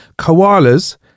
Koalas